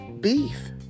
beef